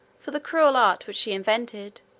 for the cruel art which she invented,